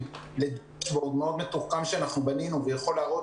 גם לכם חשוב לדעת,